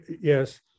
Yes